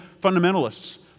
fundamentalists